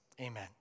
amen